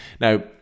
Now